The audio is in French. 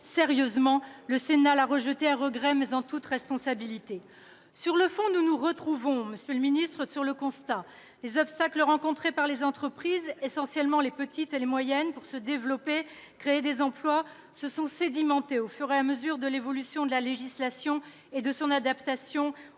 proposée. Le Sénat l'a rejetée à regret, mais en toute responsabilité. Sur le fond, nous nous retrouvons, monsieur le ministre, sur le constat : les obstacles rencontrés par les entreprises, essentiellement les petites et les moyennes, pour se développer, créer des emplois, se sont sédimentées au fur et à mesure de l'évolution de la législation et de son adaptation